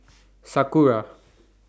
Sakura